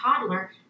toddler